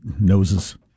Noses